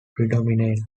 predominate